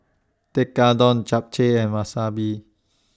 Tekkadon Japchae and Wasabi